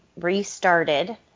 restarted